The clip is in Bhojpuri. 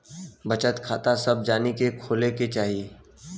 बचत खाता सभ जानी के खोले के चाही